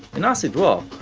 in acid-rock,